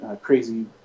crazy